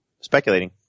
speculating